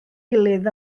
gilydd